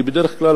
כי בדרך כלל,